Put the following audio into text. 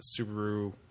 Subaru